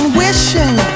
wishing